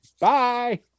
bye